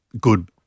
good